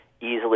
easily